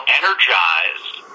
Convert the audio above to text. energized